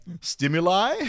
stimuli